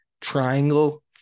triangle